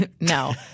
No